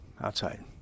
outside